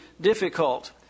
difficult